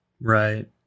Right